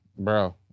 Bro